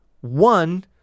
one